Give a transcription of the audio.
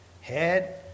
head